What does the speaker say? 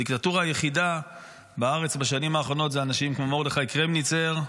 הדיקטטורה היחידה בארץ בשנים האחרונות זה אנשים כמו מרדכי קרמניצר,